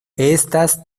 estas